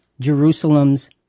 Jerusalem's